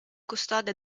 custode